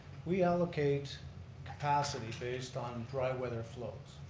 we allocate capacity based on dry weather flows.